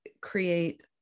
create